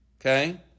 Okay